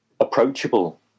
approachable